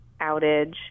outage